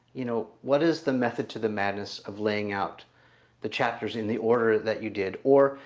you know what is the method to the madness of laying out the chapters in the order that you did or?